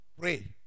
pray